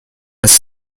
less